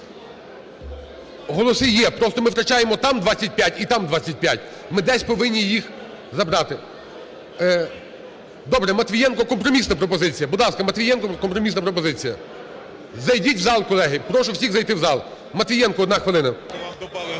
Голоси є, просто ми втрачаємо там 25 і там 25. Ми десь повинні їх забрати. Добре, Матвієнко, компромісна пропозиція. Будь ласка, Матвієнко, компромісна пропозиція. Зайдіть в зал, колеги. Прошу всіх зайти в зал. Матвієнко, 1 хвилина.